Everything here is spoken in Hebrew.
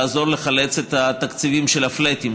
לעזור לחלץ את התקציבים של הפלאטים.